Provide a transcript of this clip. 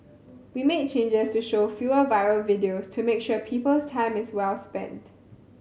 we made changes to show fewer viral videos to make sure people's time is well spent